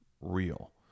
real